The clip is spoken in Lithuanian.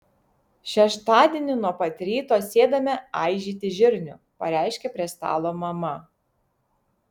šeštadienį nuo pat ryto sėdame aižyti žirnių pareiškė prie stalo mama